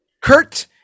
kurt